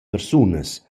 persunas